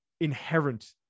inherent